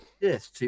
Yes